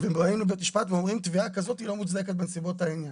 ובאים לבית משפט ואומרים שתביעה כזאת היא לא מוצדקת בנסיבות העניין.